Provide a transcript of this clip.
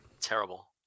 Terrible